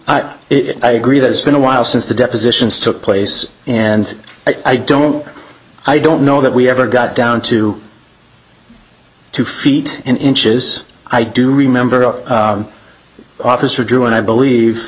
it i agree that it's been a while since the depositions took place and i don't i don't know that we ever got down to two feet in inches i do remember officer drew and i believe